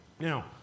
Now